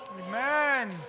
Amen